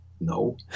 No